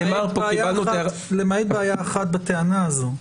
למעט בעיה אחת בטענה הזו,